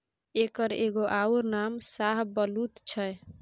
एकर एगो अउर नाम शाहबलुत छै